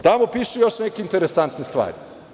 Tamo pišu još neke interesantne stvari.